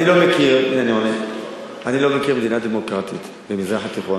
אני לא מכיר מדינה דמוקרטית במזרח התיכון,